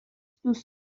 دوست